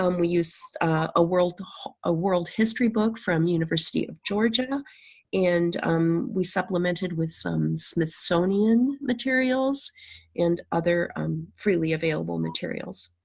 um we used a world ah world history book from university of georgia and um we supplemented with some smithsonian materials and other um freely available materials.